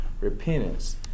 repentance